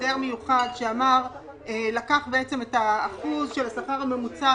הסדר מיוחד שלקח את האחוז של השכר הממוצע,